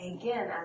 Again